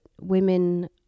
women